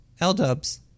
L-Dub's